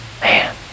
Man